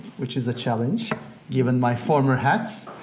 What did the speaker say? which is a challenge given my formal hats,